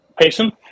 Payson